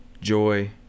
joy